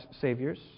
saviors